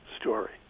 story